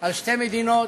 על שתי מדינות,